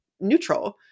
neutral